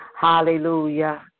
Hallelujah